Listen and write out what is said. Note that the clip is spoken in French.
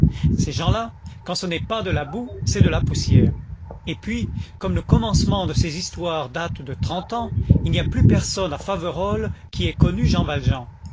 ces gens-là quand ce n'est pas de la boue c'est de la poussière et puis comme le commencement de ces histoires date de trente ans il n'y a plus personne à faverolles qui ait connu jean valjean